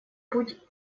путь